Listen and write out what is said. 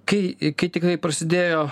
kai kai tiktai prasidėjo